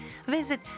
visit